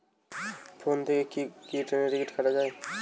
Phone থেকে কি ট্রেনের টিকিট কাটা য়ায়?